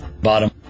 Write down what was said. Bottom